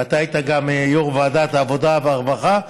ואתה היית גם יו"ר ועדת העבודה והרווחה.